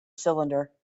cylinder